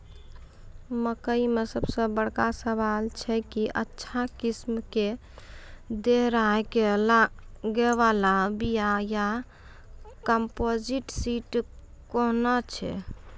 मकई मे सबसे बड़का सवाल छैय कि अच्छा किस्म के दोहराय के लागे वाला बिया या कम्पोजिट सीड कैहनो छैय?